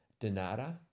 Donata